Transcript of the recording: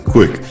Quick